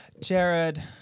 Jared